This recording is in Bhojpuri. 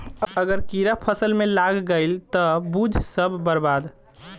अगर कीड़ा फसल में लाग गईल त बुझ सब बर्बाद